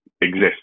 exist